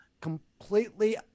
completely